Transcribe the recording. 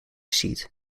seat